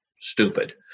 stupid